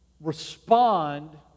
respond